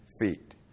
feet